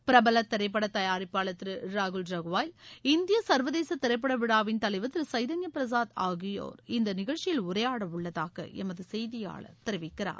பிரபல திரைப்பட தயாரிப்பாளர் திரு ராகுல் ரவாய்ல் இந்திய சர்வதேச திரைப்பட விழாவின் தலைவர் திரு சைதன்ய பிரசாத் ஆகியோர் இந்த நிகழ்ச்சியில் உரையாடவுள்ளதாக எமது செய்தியாளர் தெரிவிக்கிறார்